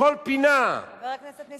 בכל פינה, חבר הכנסת נסים זאב.